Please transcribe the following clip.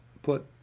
put